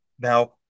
now-